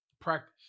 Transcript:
Practice